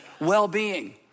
well-being